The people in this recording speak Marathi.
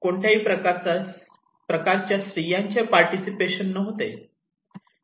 कोणत्याही प्रकारचा स्त्रियांचे पार्टिसिपेशन नव्हते